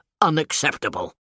unacceptable